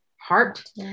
heart